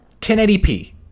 1080p